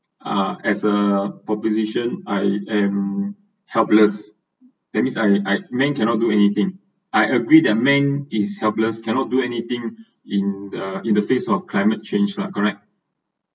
uh as a proposition I am helpless that means I I man cannot do anything I agree that man is helpless cannot do anything in the in the face of climate change lah correct